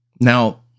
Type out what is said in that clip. Now